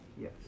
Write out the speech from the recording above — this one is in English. Yes